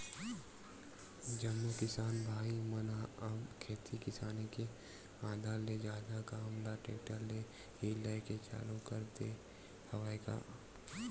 जम्मो किसान भाई मन ह अब खेती किसानी के आधा ले जादा काम ल टेक्टर ले ही लेय के चालू कर दे हवय गा